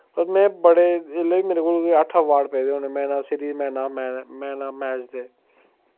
पर में बड़े एल्लै बी मेरे कोल कोई अट्ठ बॉल पेदे man of series man of match related